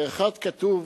באחד כתוב: